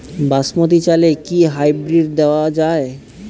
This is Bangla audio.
বাসমতী চালে কি হাইব্রিড দেওয়া য়ায়?